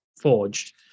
forged